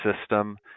system